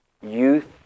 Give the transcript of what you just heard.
youth